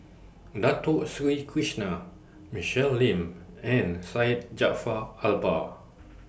Dato Sri Krishna Michelle Lim and Syed Jaafar Albar